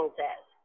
says